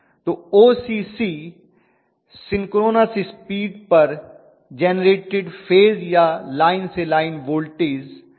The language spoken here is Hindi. तो OCC सिंक्रोनस स्पीड पर जेनरेटेड फेज या लाइन से लाइन वोल्टेज वर्सज़ If है